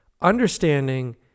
understanding